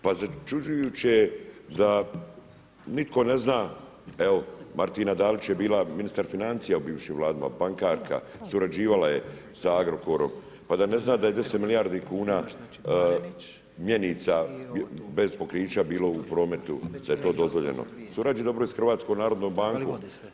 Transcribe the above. Pa začuđujuće je da nitko ne zna, evo, Martina Dalić je bila ministar financija u bivšim Vladama, bankarka, surađivala je sa Agrokorom pa da ne zna da je 10 milijardi kuna mjenica bez pokrića bilo u prometu, da je to dozvoljeno, surađuje dobro i sa HNB-om.